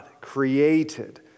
created